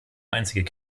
einzige